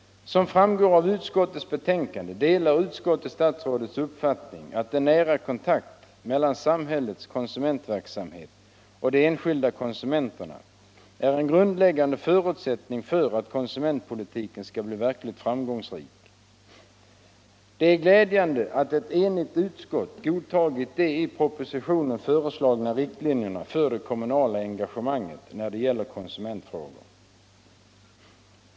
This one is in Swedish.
Som framgår av utskottets betänkande delar utskottet statsrådets uppfattning att en nära kontakt mellan samhällets konsumentverksamhet och de enskilda konsumenterna är en grundläggande förutsättning för att konsumentpolitiken skall bli verkligt framgångsrik. Det är glädjande att ett enigt utskott godtagit de i propositionen föreslagna riktlinjerna för det kommunala engagemanget när det gäller konsumentfrågor.